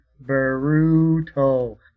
brutal